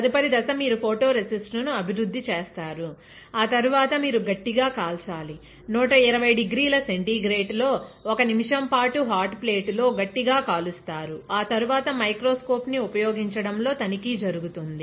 తదుపరి దశ మీరు ఫోటో రెసిస్ట్ ను అభివృద్ధి చేస్తారు ఆ తరువాత మీరు గట్టిగా కాల్చాలి 120 డిగ్రీల సెంటిగ్రేడ్ లో 1 నిమిషం పాటు హాట్ ప్లేట్ లో గట్టిగా కాలుస్తారుఆ తరువాత మైక్రోస్కోప్ ని ఉపయోగించడంలో తనిఖీ జరుగుతుంది